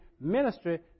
ministry